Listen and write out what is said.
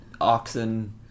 Oxen